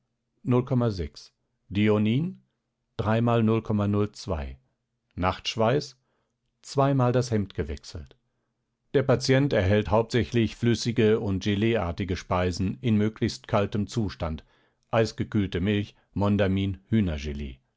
dreimal nachtschweiß zweimal das hemd gewechselt der patient erhält hauptsächlich flüssige und geleartige speisen in möglichst kaltem zustand eisgekühlte milch